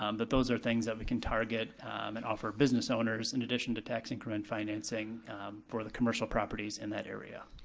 um those are things that we can target and offer business owners in addition to tax increment financing for the commercial properties in that area.